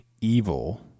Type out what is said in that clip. evil